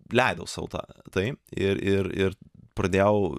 leidau sau tą tai ir ir ir pradėjau